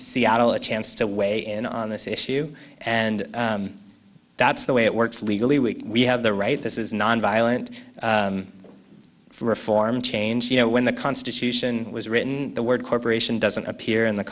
seattle a chance to weigh in on this issue and that's the way it works legally we have the right this is nonviolent reform change you know when the constitution was written the word corporation doesn't appear in the